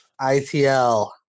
ITL